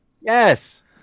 Yes